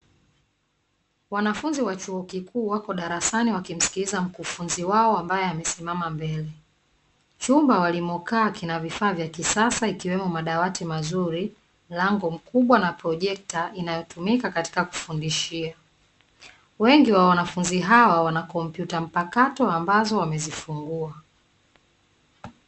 Wanafunzi wa chuo kikuu wako darasani wakimsikiliza mkufunzi wao ambaye amesimama mbele. Chumba walimokaa kina vifaa vya kisasa ikiwemo madawati mazuri, mlango mkubwa na projekta inayotumika katika kufundishia. Wengi wa wanafunzi hawa, wana kompyuta mpakato ambazo wamezifungua.